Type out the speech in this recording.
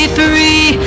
free